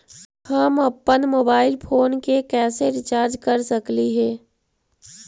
हम अप्पन mobile phone के कैसे रिचार्ज कर सकली हे?